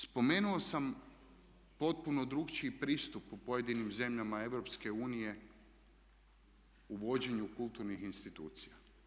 Spomenuo sam potpuno drukčiji pristup u pojedinim zemljama EU u vođenju kulturnih institucija.